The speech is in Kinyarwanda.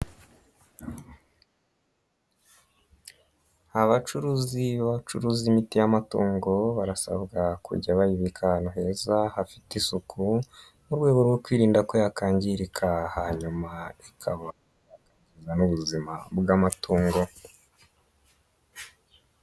Abacuruzi babacuruza imiti y'amatungo barasabwa kujya bayibika ahantu heza hafite isuku, mu rwego rwo kwirinda ko yakangirika, hanyuma ikangiza n'ubuzima bw'amatungo.